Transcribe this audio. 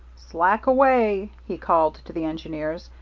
slack away! he called to the engineers,